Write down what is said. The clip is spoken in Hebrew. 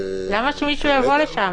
למה שמישהו יבוא לשם?